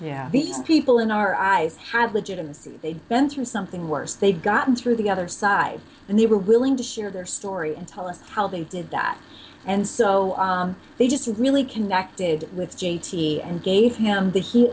these people in our eyes have legitimacy they've been through something worse they've gotten through the other side and they were willing to share their story and tell us how they did that and so they just really connected with j t and gave him the he